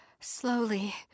slowly